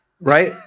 right